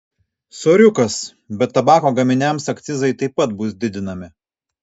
soriukas bet tabako gaminiams akcizai taip pat bus didinami